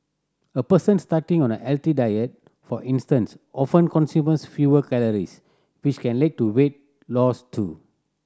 a person starting on a healthy diet for instance often consumers fewer calories which can lead to weight loss too